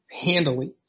handily